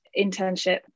internship